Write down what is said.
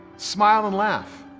smile and laugh.